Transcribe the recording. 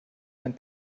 wenn